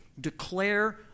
declare